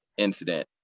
incident